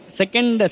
second